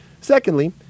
Secondly